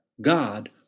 God